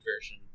version